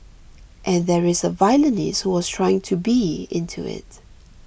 and there is a violinist who was trying to be into it